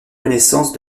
connaissance